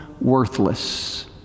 worthless